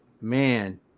man